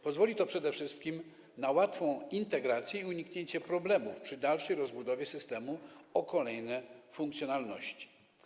Pozwoli to przede wszystkim na łatwą integrację i uniknięcie problemów przy dalszej rozbudowie systemu o kolejne funkcjonalności.